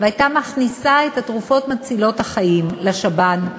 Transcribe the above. והייתה מכניסה את התרופות מצילות החיים לשב"ן,